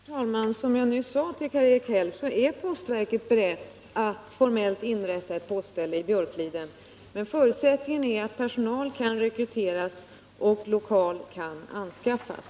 Herr talman! Som jag nyss sade till Karl-Erik Häll är postverket berett att formellt inrätta ett postställe i Björkliden. Men förutsättningen är att personal kan rekryteras och lokal kan anskaffas.